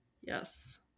Yes